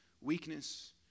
weakness